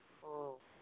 ꯑꯣ